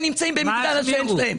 הם נמצאים במגדל השן שלהם.